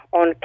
on